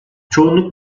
çoğunluk